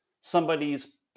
somebody's